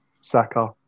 Saka